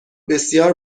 بسیار